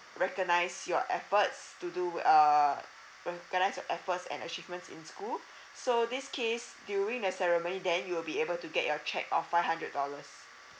recognise your efforts to do err recognise your efforts and achievements in school so this case during the ceremony then you'll be able to get your cheque of five hundred dollars